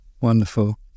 Wonderful